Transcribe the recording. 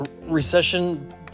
recession